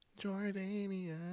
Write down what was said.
Jordania